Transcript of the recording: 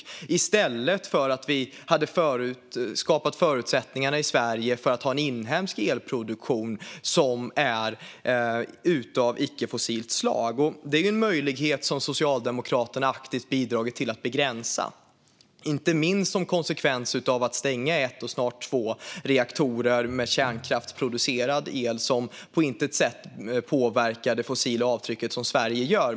Vi hade i stället kunnat skapa förutsättningar i Sverige för en inhemsk elproduktion av icke-fossilt slag. Det är en möjlighet som Socialdemokraterna aktivt har bidragit till att begränsa. Det är inte minst en konsekvens av att man har stängt en och snart två reaktorer för kärnkraftsproducerad el som på intet sätt påverkar det fossila avtryck som Sverige gör.